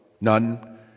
none